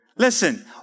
Listen